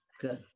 Good